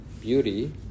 beauty